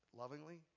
lovingly